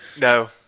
No